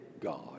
God